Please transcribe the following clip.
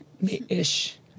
Me-ish